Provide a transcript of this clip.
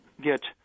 get